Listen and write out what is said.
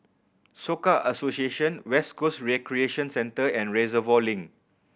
Soka Association West Coast Recreation Centre and Reservoir Link